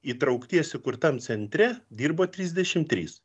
įtraukties įkurtam centre dirbo trisdešimt trys